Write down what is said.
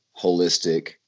holistic